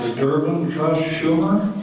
durban trust schumer?